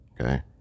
Okay